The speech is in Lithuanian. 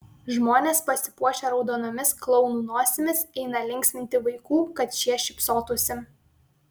žmonės pasipuošę raudonomis klounų nosimis eina linksminti vaikų kad šie šypsotųsi